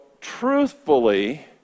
truthfully